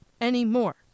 anymore